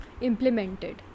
implemented